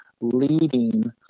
leading